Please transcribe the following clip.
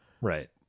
right